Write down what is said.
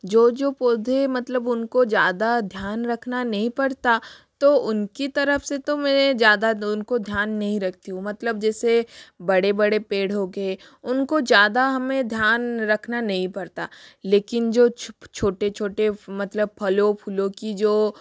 जो जो पौधे मतलब उनको ज़्यादा ध्यान रखना नहीं परता तो उनकी तरफ़ से तो मैं ज़्यादा उनको ध्यान नहीं रखती हूँ मतलब जेसे बड़े बड़े पेड़ हो गए उनको ज़्यादा हमें ध्यान रखना नहीं पड़ता लेकिन जो छुप छोटे छोटे मतलब फलों फूलों के जो